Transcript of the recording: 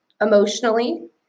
emotionally